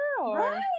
Right